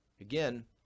Again